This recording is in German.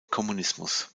kommunismus